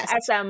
sm